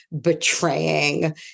betraying